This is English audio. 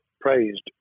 praised